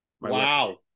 wow